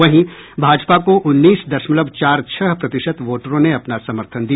वहीं भाजपा को उन्नीस दशमलव चार छह प्रतिशत वोटरों ने अपना समर्थन दिया